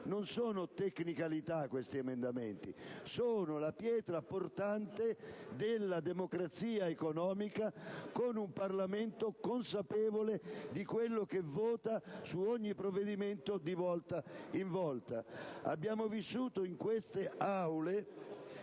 Non sono tecnicalità questi emendamenti: sono la pietra portante della democrazia economica, con un Parlamento consapevole di quello che vota su ogni provvedimento di volta in volta. Abbiamo assistito in queste Aule